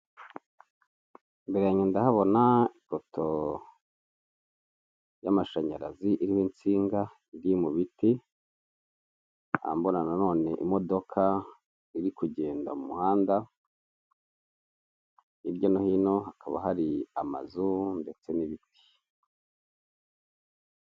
Imbere yange ndahabona ipoto y'amashanyarazi iriho insinga, iri mu biti, nkaba mbona na none imodoka iri kugenda mu muhanda, hirya no hino hakaba hari amazu ndetse n'ibiti.